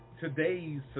Today's